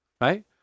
right